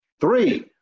Three